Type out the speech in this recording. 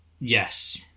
Yes